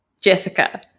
Jessica